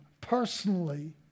personally